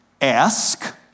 ask